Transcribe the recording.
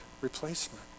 replacement